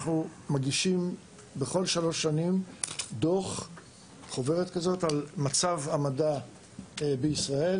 אנחנו מגישים בכל שלוש שנים דוח על מצב המדע בישראל,